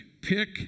pick